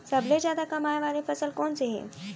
सबसे जादा कमाए वाले फसल कोन से हे?